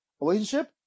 relationship